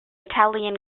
italian